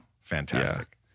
fantastic